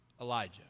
Elijah